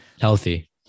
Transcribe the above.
Healthy